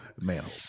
manhole